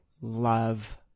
love –